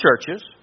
churches